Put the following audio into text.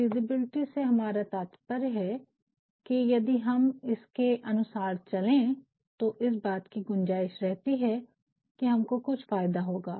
तो फिज़िबलिटी से हमारा तात्पर्य है कि यदि हम इसके अनुसार चले तो इस बात कि गुंजाईश रहती है कि हमको कुछ फायदा होगा